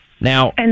Now